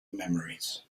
memories